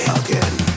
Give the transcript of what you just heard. again